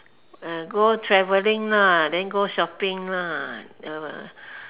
ah go traveling lah then go shopping lah uh